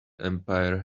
empire